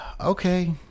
Okay